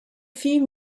few